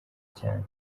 cyane